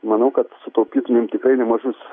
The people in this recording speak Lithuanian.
manau kad sutaupytumėm tikrai nemažus